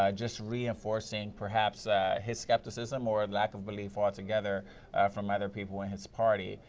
ah just reinforcing perhaps ah his skepticism or lack of belief all together from other people in his party.